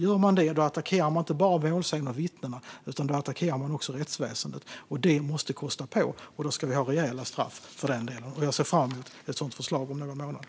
Gör man detta attackerar man inte bara målsäganden och vittnena, utan då attackerar man också rättsväsendet. Detta måste kosta på, och då ska vi ha rejäla straff för det. Jag ser fram emot ett sådant förslag om några månader.